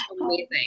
amazing